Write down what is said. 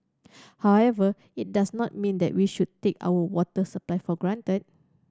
however it does not mean that we should take our water supply for granted